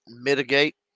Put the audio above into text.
mitigate